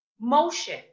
motion